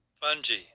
fungi